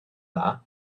dda